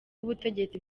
ubutegetsi